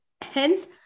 hence